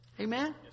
Amen